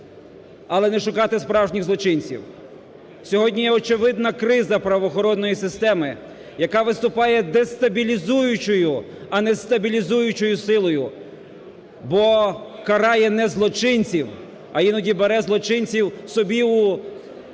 але не шукати справжніх злочинців! Сьогодні є очевидна криза правоохоронної системи, яка виступає дестабілізуючою, а не стабілізуючою силою. Бо карає не злочинців, а іноді бере злочинців собі у ті,